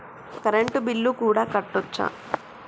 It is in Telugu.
కరెంటు బిల్లు కూడా కట్టొచ్చా?